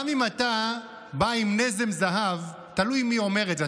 גם אם אתה בא עם נזם זהב, תלוי מי אומר את זה.